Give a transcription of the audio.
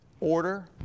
Order